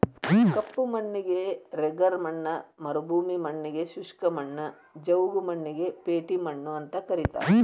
ಕಪ್ಪು ಮಣ್ಣಿಗೆ ರೆಗರ್ ಮಣ್ಣ ಮರುಭೂಮಿ ಮಣ್ಣಗೆ ಶುಷ್ಕ ಮಣ್ಣು, ಜವುಗು ಮಣ್ಣಿಗೆ ಪೇಟಿ ಮಣ್ಣು ಅಂತ ಕರೇತಾರ